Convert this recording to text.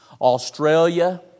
Australia